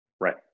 Right